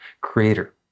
creator